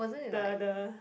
the the